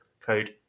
code